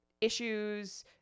issues